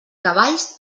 cavalls